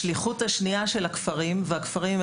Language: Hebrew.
השליחות השניה של הכפרים והכפרים הם